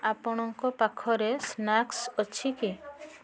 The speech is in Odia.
ଆପଣଙ୍କ ପାଖରେ ସ୍ନାକ୍ସ୍ ଅଛି କି